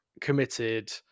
committed